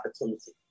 opportunity